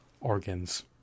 organs